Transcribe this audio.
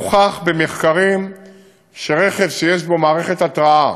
הוכח במחקרים שברכב שיש בו מערכת התרעה